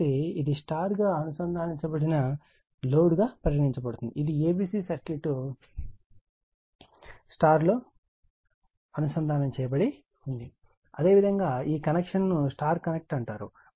కాబట్టి ఇది Y గా అనుసంధానించబడిన లోడ్ గా పరిగణించబడుతుంది ఇది a b c circuit Y లో కనెక్ట్ చేయబడి ఉంది అదేవిధంగా ఈ కనెక్షన్ ను Y కనెక్ట్ అంటారు